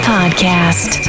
Podcast